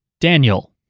Daniel